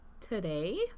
today